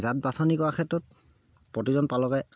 জাত বাছনি কৰাৰ ক্ষেত্ৰত প্ৰতিজন পালকে